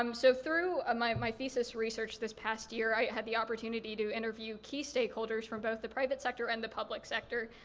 um so through ah my my thesis research this past year i had the opportunity to interview key stakeholders from both the private sector and the public sector.